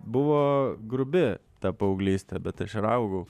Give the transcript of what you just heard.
buvo grubi ta paauglystė bet aš ir augau